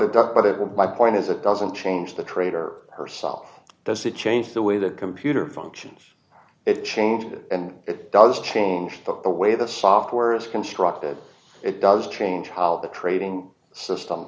was my point is it doesn't change the trader herself does it change the way the computer functions it changes and it does change the way the software is constructed it does change how the trading system